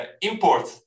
import